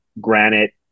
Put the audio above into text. granite